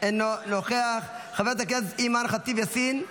אינו נוכח, חברת הכנסת אימאן ח'טיב יאסין,